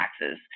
taxes